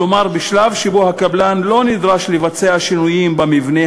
כלומר בשלב שבו הקבלן לא נדרש לבצע שינויים במבנה